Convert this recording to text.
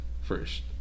first